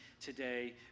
today